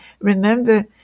Remember